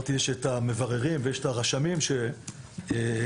אמרתי שיש המבררים ויש הרשמים שצריכים